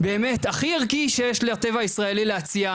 באמת הכי ערכי שיש לטבע הישראלי להציע,